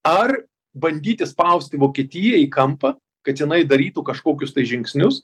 ar bandyti spausti vokietiją į kampą kad jinai darytų kažkokius tai žingsnius